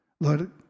Lord